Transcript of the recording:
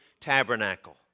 tabernacle